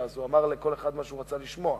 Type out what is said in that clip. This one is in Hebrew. והוא אמר לכל אחד מה שהוא רצה לשמוע,